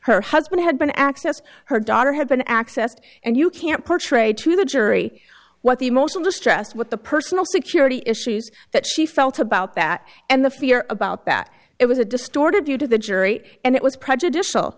her husband had been accessed her daughter had been accessed and you can't portray to the jury what the most of the stress with the personal security issues that she felt about that and the fear about that it was a distorted view to the jury and it was prejudicial